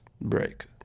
break